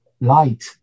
light